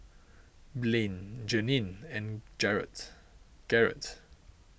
Blaine Janine and Garett Garett